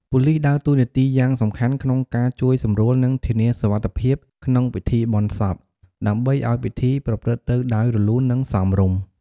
ប៉ូលីសដើរតួនាទីយ៉ាងសំខាន់ក្នុងការជួយសម្រួល និងធានាសុវត្ថិភាពក្នុងពិធីបុណ្យសព ដើម្បីឲ្យពិធីប្រព្រឹត្តទៅដោយរលូន និងសមរម្យ។